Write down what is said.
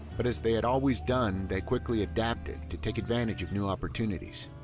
but as they had always done, they quickly adapted to take advantage of new opportunities,